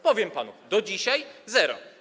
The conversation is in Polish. Powiem panu: do dzisiaj - zero.